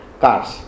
cars